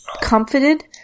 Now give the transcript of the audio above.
comforted